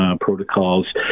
protocols